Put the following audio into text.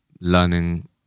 learning